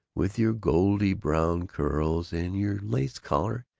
with your goldy brown curls and your lace collar,